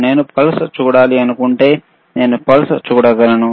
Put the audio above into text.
నేను పల్స్ చూడాలనుకుంటే నేను పల్స్ చూడగలను